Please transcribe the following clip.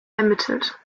ermittelt